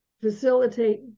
facilitate